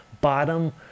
bottom